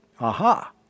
Aha